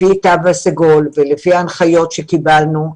לפי התו הסגול ולפי ההנחיות שקיבלנו,